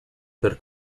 per